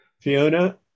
Fiona